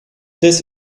this